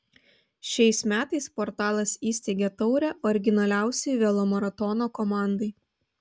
šiais metais portalas įsteigė taurę originaliausiai velomaratono komandai